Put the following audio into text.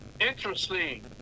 interesting